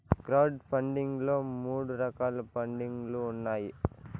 crowd funding లో మూడు రకాల పండింగ్ లు ఉన్నాయి